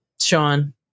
Sean